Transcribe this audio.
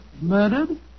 Murdered